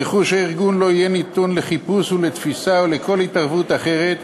רכוש הארגון לא יהיה נתון לחיפוש ולתפיסה או לכל התערבות אחרת,